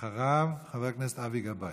אחריו, חבר הכנסת אבי גבאי.